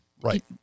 Right